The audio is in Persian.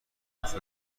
دوست